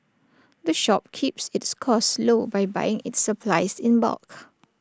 the shop keeps its costs low by buying its supplies in bulk